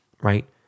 right